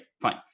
Fine